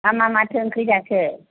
मा माथो ओंख्रि जाखो